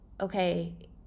okay